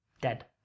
dead